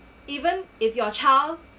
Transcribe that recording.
even if your child